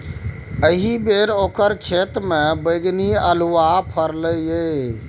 एहिबेर ओकर खेतमे बैगनी अल्हुआ फरलै ये